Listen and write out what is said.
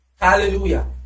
Hallelujah